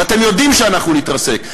ואתם יודעים שאנחנו נתרסק,